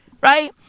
Right